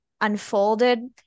unfolded